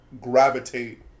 gravitate